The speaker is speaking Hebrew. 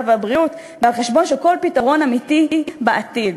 והבריאות ועל חשבון כל פתרון אמיתי בעתיד.